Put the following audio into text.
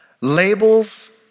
Labels